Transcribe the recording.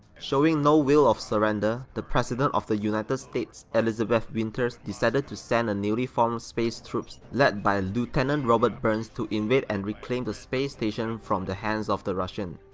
showing no will of surrender, the president of the united states, elizabeth winters decided to send a newly formed space troops led by lieutenent robert burns to invade and reclaim the space station from the hands of the russian.